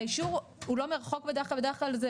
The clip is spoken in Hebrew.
האישור הוא לא מרחוק בדרך כלל.